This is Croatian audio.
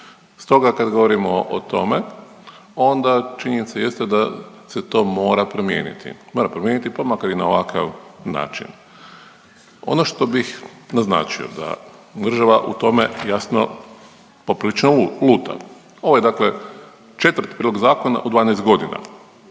Stoga kad govorimo o tome, onda činjenica jeste da se to mora promijeniti. Mora promijeniti pa makar i na ovakav način. Ono što bih naznačio da država u tome jasno poprilično luta. Ovo je dakle 4. prijedlog zakona u 12 godina.